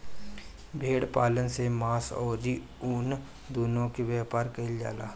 भेड़ पालन से मांस अउरी ऊन दूनो के व्यापार कईल जाला